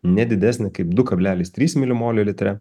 ne didesnė kaip du kablelis trys milimolio litre